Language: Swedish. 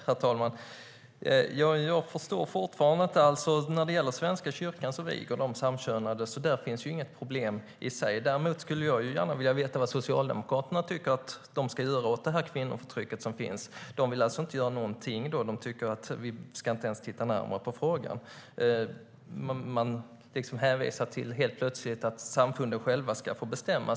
Herr talman! Jag förstår fortfarande inte. Svenska kyrkan viger ju samkönade par, så där finns det väl inget problem. Däremot skulle jag gärna vilja veta vad Socialdemokraterna tycker att man ska göra åt kvinnoförtrycket. De vill alltså inte göra någonting, eftersom de inte ens tycker att vi ska titta närmare på frågan. Helt plötsligt hänvisar de till att samfunden själva ska få bestämma.